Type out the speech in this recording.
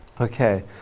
Okay